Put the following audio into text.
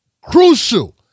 crucial